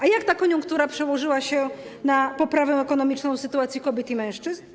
A jak ta koniunktura przełożyła się na poprawę ekonomicznej sytuacji kobiet i mężczyzn?